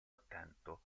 attento